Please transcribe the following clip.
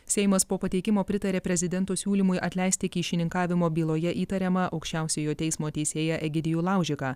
seimas po pateikimo pritarė prezidento siūlymui atleisti kyšininkavimo byloje įtariamą aukščiausiojo teismo teisėją egidijų laužiką